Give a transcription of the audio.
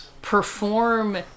Perform